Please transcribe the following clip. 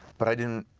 but i didn't